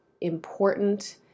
important